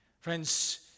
Friends